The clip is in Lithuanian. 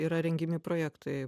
yra rengiami projektai